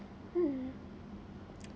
hmm